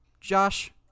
josh